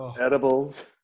edibles